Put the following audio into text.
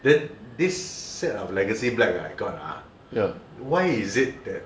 then this set of legacy black right I got ah ya why is it that